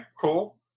cool